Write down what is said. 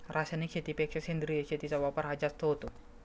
रासायनिक शेतीपेक्षा सेंद्रिय शेतीचा वापर हा जास्त होतो